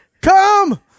come